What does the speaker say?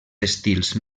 estils